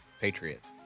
Patriots